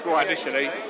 initially